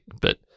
but-